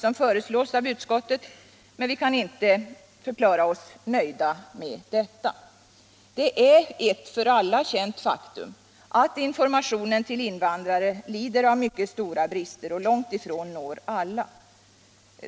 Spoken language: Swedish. som föreslås av utskottet, men vi kan inte förklara oss nöjda med detta. Det är ett känt faktum att informationen till invandrare lider av mycket stora brister och långt ifrån når alla.